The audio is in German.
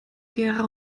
gera